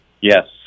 Yes